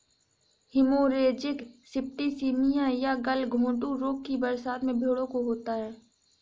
haemorrhagic septicaemia या गलघोंटू रोग भी बरसात में भेंड़ों को होता है